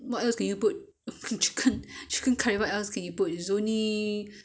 what else can you put chicken chicken curry what else can you put there's only